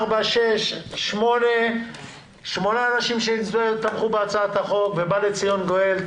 אי-אפשר שקופות החולים שיש להן בתי חולים אצלן יעשו עם זה איזשהו משחק.